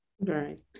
Right